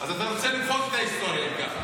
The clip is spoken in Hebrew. אז אתה רוצה למחוק את ההיסטוריה, אם ככה.